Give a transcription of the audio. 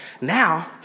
now